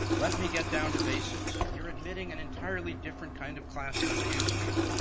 let me get down to basics. you're admitting an entirely different kind of class than we're used to.